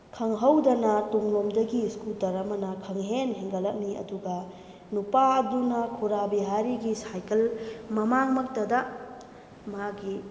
ꯈꯪꯍꯧꯗꯅ ꯇꯨꯡꯂꯣꯝꯗꯒꯤ ꯁ꯭ꯀꯨꯇ꯭ꯔ ꯑꯃꯅ ꯈꯪꯍꯦꯟ ꯍꯦꯟꯒꯠꯂꯝꯃꯤ ꯑꯗꯨꯒ ꯅꯨꯄꯥ ꯑꯗꯨꯅ ꯈꯨꯔꯥ ꯕꯤꯍꯥꯔꯤꯒꯤ ꯁꯥꯏꯀꯜ ꯃꯃꯥꯡꯃꯛꯇꯗ ꯃꯥꯒꯤ